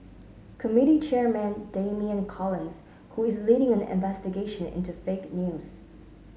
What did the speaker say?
committee chairman Damian and Collins who is leading an investigation into fake news